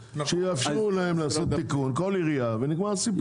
שיאפשרו לכל עירייה לעשות תיקון, ונגמר הסיפור.